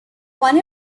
one